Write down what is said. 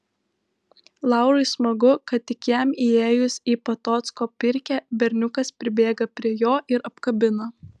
laurui smagu kad tik jam įėjus į patocko pirkią berniukas pribėga prie jo ir apkabina